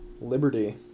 Liberty